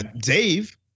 Dave